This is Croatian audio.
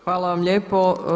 Hvala vam lijepo.